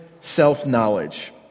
self-knowledge